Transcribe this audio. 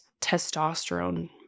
testosterone